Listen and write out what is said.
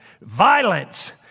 Violence